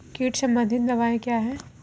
कीट संबंधित दवाएँ क्या हैं?